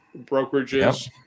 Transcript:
brokerages